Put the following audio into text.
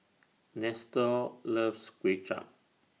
Nestor loves Kway Chap